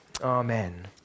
Amen